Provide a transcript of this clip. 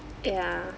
ya